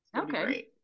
Okay